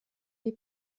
wie